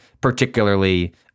particularly